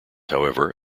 however